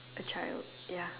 a child ya